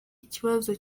ikibazo